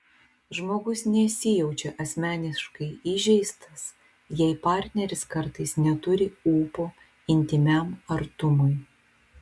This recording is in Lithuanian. žmogus nesijaučia asmeniškai įžeistas jei partneris kartais neturi ūpo intymiam artumui